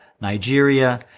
Nigeria